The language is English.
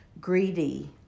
greedy